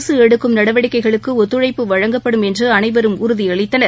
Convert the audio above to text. அரசுஎடுக்கும் நடவடிக்கைகளுக்குஒத்துழைப்பு வழங்கப்படும் என்றுஅனைவரும் உறுதியளித்தனர்